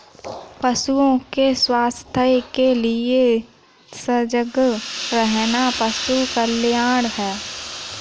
पशुओं के स्वास्थ्य के लिए सजग रहना पशु कल्याण है